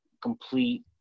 complete